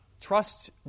trust